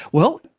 well,